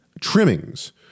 trimmings